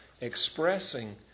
expressing